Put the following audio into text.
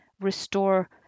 restore